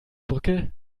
brücke